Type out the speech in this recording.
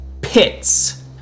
pits